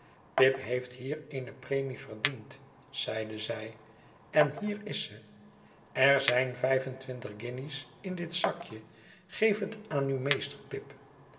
pip heeft hier eene premie verdiend zeide zij en hier is ze er zijn vijf en twintigguinjes in dit zakje geef het aan uw meester pip